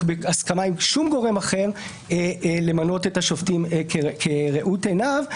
בהסכמה עם שום גורם אחר למנות את השופטים כראות עיניו.